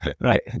Right